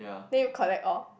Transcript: then you collect all